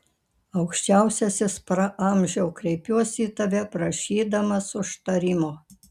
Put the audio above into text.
aukščiausiasis praamžiau kreipiuosi į tave prašydamas užtarimo